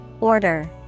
Order